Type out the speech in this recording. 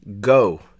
Go